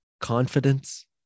confidence